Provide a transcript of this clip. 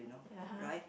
ya